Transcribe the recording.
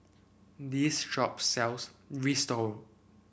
this shop sells Risotto